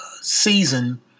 season